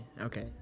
Okay